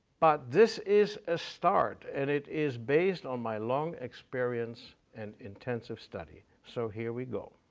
but this is a start, and it is based on my long experience and intensive study, so here we go.